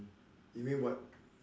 mm you mean what